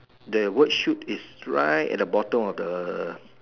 then word shoot is right at the bottom of the